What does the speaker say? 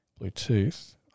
Bluetooth